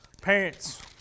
parents